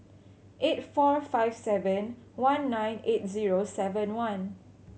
eight four five seven one nine eight zero seven one